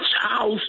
house